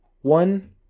One